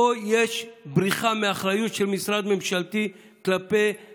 פה יש בריחה מאחריות של משרד ממשלתי כלפי